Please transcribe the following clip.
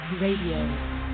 Radio